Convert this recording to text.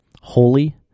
holy